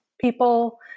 people